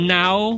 now